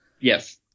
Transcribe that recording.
Yes